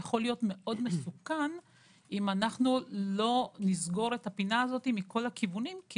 שזה יכול להיות מאוד מסוכן אם לא נסגור את הפינה הזאת מכל הכיוונים,